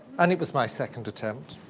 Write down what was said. and it was my second attempt.